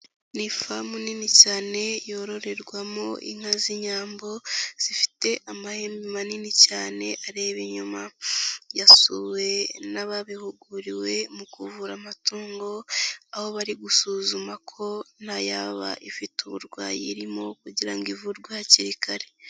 Ni ifamu nini cyane yororerwamo inka z'inyambo zifite amahembe manini cyane areba inyuma, yasuwe n'ababihuguriwe mu kuvura amatungo aho bari gusuzuma ko nta yaba ifite uburwayi irimo kugira ngo ivurwe hakiri kare.